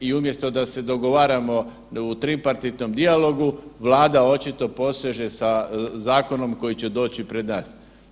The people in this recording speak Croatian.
I umjesto da se dogovaramo u tripartitnom dijalogu, Vlada očito poseže sa zakonom koji će doći pred nas.